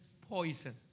poison